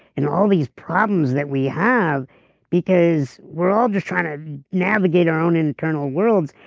and all these problems that we have because we're all just trying to navigate our own internal worlds,